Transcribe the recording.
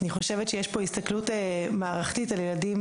אני חושבת שיש פה הסתכלות מערכתית על ילדים,